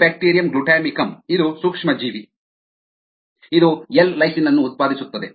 Corynebacterium glutamicum ಇದು ಸೂಕ್ಷ್ಮಜೀವಿ ಇದು ಎಲ್ ಲೈಸಿನ್ ಅನ್ನು ಉತ್ಪಾದಿಸುತ್ತದೆ